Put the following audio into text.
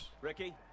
Ricky